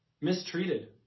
mistreated